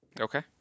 Okay